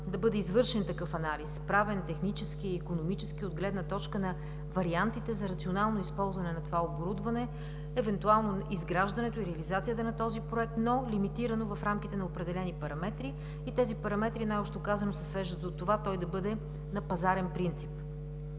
да бъде извършен такъв анализ – правен, технически, икономически, от гледна точка на вариантите за рационално използване на това оборудване, евентуално изграждането и реализацията на този Проект, но лимитирано в рамките на определени параметри и те най-общо се свеждат до това той да бъде на пазарен принцип.